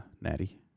natty